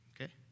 Okay